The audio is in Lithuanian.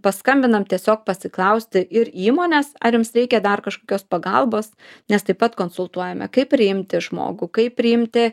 paskambinam tiesiog pasiklausti ir įmonės ar jums reikia dar kažkokios pagalbos nes taip pat konsultuojame kaip priimti žmogų kaip priimti